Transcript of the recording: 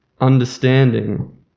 Understanding